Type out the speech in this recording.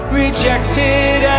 rejected